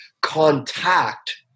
contact